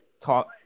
talk